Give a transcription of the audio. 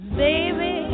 baby